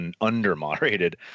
under-moderated